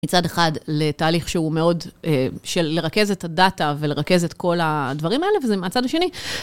מצד אחד לתהליך שהוא מאוד של לרכז את הדאטה ולרכז את כל הדברים האלה וזה מהצד השני…